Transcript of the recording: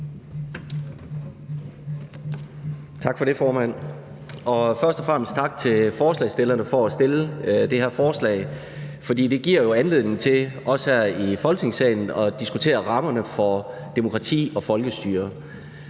Tak for det, formand. Først og fremmest tak til forslagsstillerne for at fremsætte det her forslag, for det giver jo anledning til, også her i Folketingssalen, at diskutere rammerne for demokrati og folkestyre.